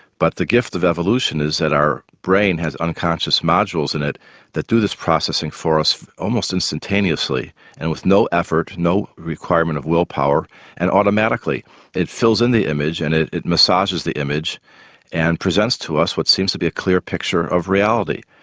but the gift of evolution is that our brain has unconscious modules in it that do this processing for us almost instantaneously and with no effort, with no requirement of will power and automatically it fills in the image and it it massages the image and presents to us what seems to be a clear picture of reality.